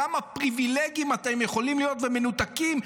כמה פריבילגים ומנותקים אתם יכולים להיות,